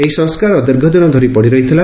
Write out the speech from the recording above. ଏହି ସଂସ୍କାର ଦୀର୍ଘଦିନ ଧରି ପଡ଼ି ରହିଥିଲା